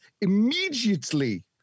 immediately